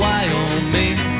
Wyoming